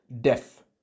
death